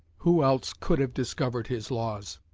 who else could have discovered his laws?